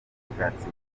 ubushakashatsi